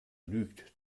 lügt